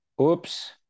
Oops